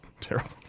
terrible